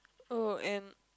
oh and